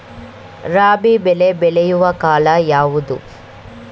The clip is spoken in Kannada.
ರಾಬಿ ಬೆಳೆ ಬೆಳೆಯುವ ಕಾಲ ಯಾವುದು?